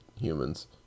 humans